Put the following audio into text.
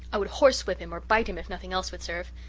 i would horse-whip him, or bite him, if nothing else would serve.